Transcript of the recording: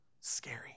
Scary